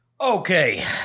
Okay